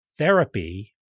Therapy